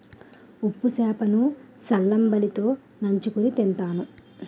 ఉప్పు సేప లు సల్లంబలి తో నంచుకుని తింతారు